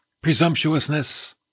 presumptuousness